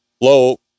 low